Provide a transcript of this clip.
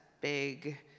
big